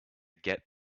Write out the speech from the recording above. get